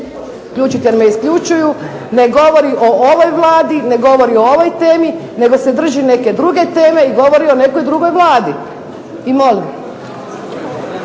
se./… jer me isključuju. Ne govori o ovoj Vladi, ne govori o ovoj temi nego se drži neke druge teme i govori o nekoj drugoj Vladi. Sad